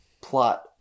plot